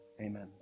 amen